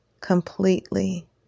completely